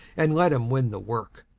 and let em win the worke,